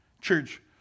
Church